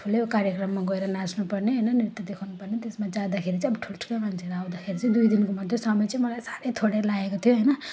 ठुलै कार्यक्रममा गएर नाच्नु पर्ने होइन नृत्य देखाउनु पर्ने त्यसमा जाँदाखेरि चाहिँ अब ठुलो ठुलो मान्छेहरू आउँदाखेरि चाहिँ अब दुई दिनको मात्र समय चाहिँ मलाई साह्रै थोरै लागेको थियो होइन